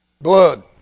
Blood